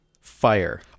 fire